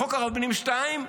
בחוק הרבנים 2,